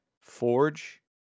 Forge